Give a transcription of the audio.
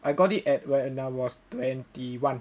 I got it at when I was twenty one